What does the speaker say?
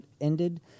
ended